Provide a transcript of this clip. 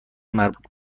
مربوط